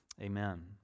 Amen